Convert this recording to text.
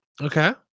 Okay